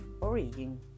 origin